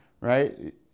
right